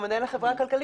או מנהל החברה הכלכלית,